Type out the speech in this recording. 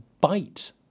bite